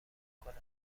کنه